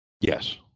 Yes